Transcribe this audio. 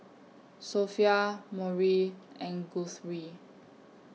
Sophia Maury and Guthrie